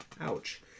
Ouch